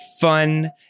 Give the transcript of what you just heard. fun